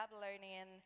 Babylonian